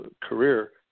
career